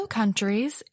countries